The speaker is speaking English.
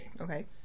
Okay